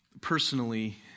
personally